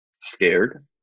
scared